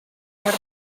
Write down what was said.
behar